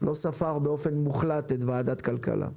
באופן מוחלט לא ספר את ועדת הכלכלה.